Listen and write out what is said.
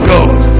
God